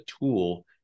tool